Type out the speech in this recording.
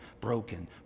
broken